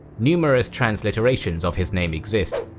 numerous transliterations of his name exist,